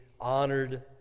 honored